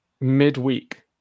midweek